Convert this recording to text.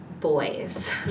boys